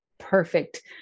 perfect